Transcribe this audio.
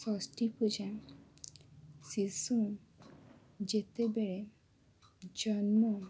ଷଷ୍ଠୀପୂଜା ଶିଶୁ ଯେତେବେଳେ ଜନ୍ମ